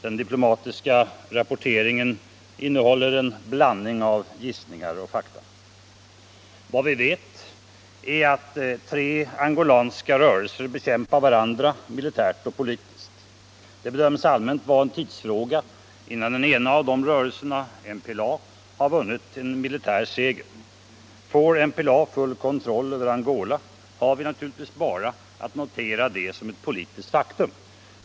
Den diplomatiska rapporteringen innehåller en blandning av gissningar och fakta. Vad vi vet är att tre angolanska rörelser bekämpar varandra, militärt och politiskt. Det bedöms allmänt vara en tidsfråga innan den ena av dessa rörelser, MPLA, har vunnit en militär seger. Får MPLA full kontroll över Angola har vi naturligtvis bara att notera detta som ett politiskt faktum.